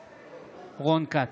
בעד רון כץ,